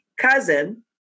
cousin